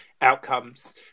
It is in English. outcomes